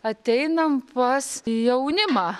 ateinam pas jaunimą